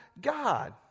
God